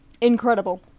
incredible